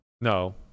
No